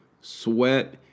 sweat